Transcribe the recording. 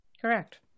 Correct